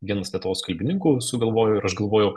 vienas lietuvos kalbininkų sugalvojo ir aš galvojau